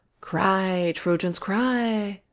cry, troyans, cry,